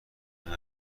عجله